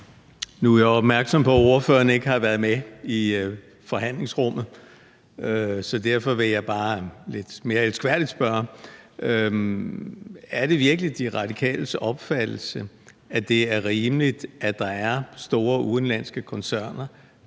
Nu er jeg opmærksom på, at ordføreren ikke har været med i forhandlingslokalet, så derfor vil jeg bare lidt mere elskværdigt spørge: Er det virkelig De Radikales opfattelse, at det er rimeligt, at der er store udenlandske koncerner,